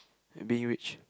being rich